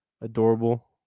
adorable